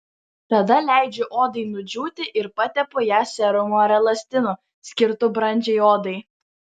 tada leidžiu odai nudžiūti ir patepu ją serumu ar elastinu skirtu brandžiai odai